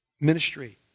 ministry